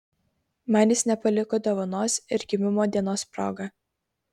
man jis nepaliko dovanos ir gimimo dienos proga